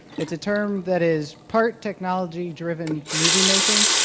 it's a term that is part technology driven movie making.